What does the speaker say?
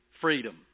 freedom